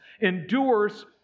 endures